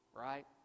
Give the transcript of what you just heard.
Right